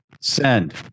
Send